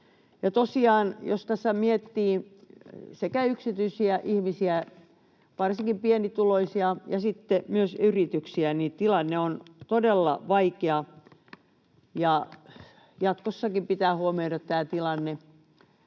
tässä miettii sekä yksityisiä ihmisiä, varsinkin pienituloisia, että sitten myös yrityksiä, niin tilanne on todella vaikea. Jatkossakin pitää huomioida tämä tilanne,